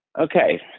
Okay